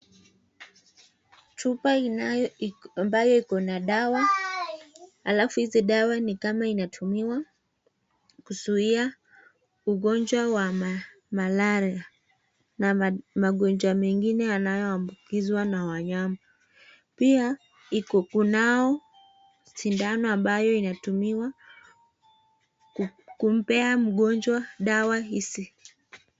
Chupa ambayo iko na dawa, alafu hizi dawa ni kama inatumiwa kuzuia ugonjwa wa Malaria na magonjwa mingine yanayo ambukizwa na wanyama. Pia, iko kunao sindano ambayo inatumiwa kumpea mgonjwa dawa hizi